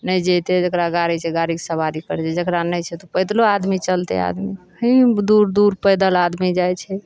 नहि जैतै जेकरा गाड़ी छै गाड़ीके सबारी करै छै जेकरा नहि छै तऽ पैदलो आदमी चलतै आदमी हे दूर दूर पैदल आदमी जाइ छै